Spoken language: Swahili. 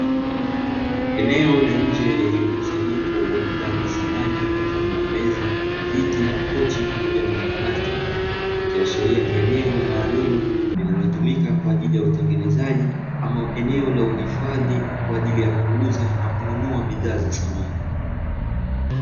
Eneo la nje lenye mkusanyiko wa bidhaa za samani mfano wa meza, viti, makochi pamoja na makabati. Vikiashiria ni eneo maalumu, linalotumika kwa ajili ya utengenezaji ama eneo la uhifadhi, kwa ajili ya kuuza na kununua bidhaa za samani.